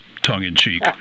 tongue-in-cheek